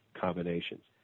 combinations